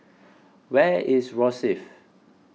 where is Rosyth